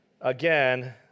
again